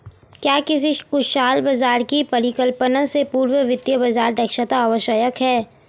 क्या किसी कुशल बाजार की परिकल्पना से पूर्व वित्तीय बाजार दक्षता आवश्यक है?